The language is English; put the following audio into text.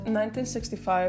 1965